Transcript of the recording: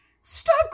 stop